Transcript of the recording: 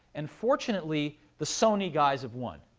and fortunately, the sony guys have won.